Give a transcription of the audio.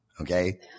Okay